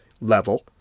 level